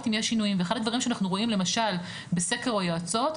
אם יש שינויים ואחד הדברים שאנחנו רואים למשל בסקר היועצות,